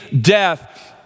death